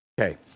Okay